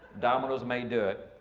dominoes may do it.